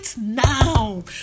now